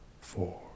four